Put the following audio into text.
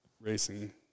racing